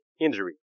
injury